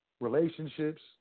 relationships